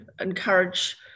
encourage